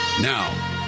now